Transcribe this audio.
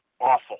awful